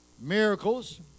miracles